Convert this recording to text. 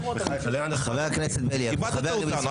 איבדת אותנו.